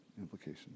implications